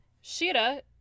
Sheeta